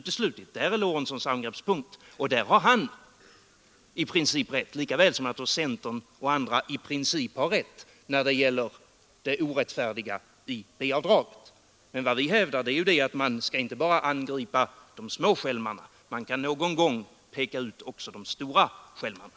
Där är herr Lorentzons angreppspunkt, och där har han i princip rätt lika väl som centern och andra i princip har rätt när det gäller det orättfärdiga i fråga om B-avdraget. Vad vi hävdar är ju att man inte bara skall angripa de små skälmarna. Man kan någon gång peka ut också de stora skälmarna.